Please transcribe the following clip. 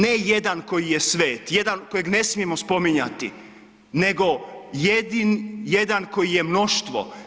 Ne jedan koji je svet, jedan kojeg ne smijemo spominjati nego jedan koji je mnoštvo.